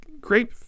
great